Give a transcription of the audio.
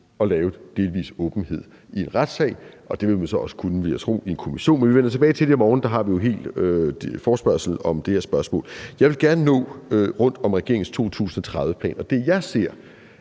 at have en delvis åbenhed i en retssal, og det ville man så også, vil jeg tro, kunne have i en kommission. Men vi vender tilbage til det i morgen, for der har vi jo en hel forespørgselsdebat om det her spørgsmål. Jeg vil gerne nå rundt om regeringens 2030-plan, og det, jeg ser,